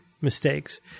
mistakes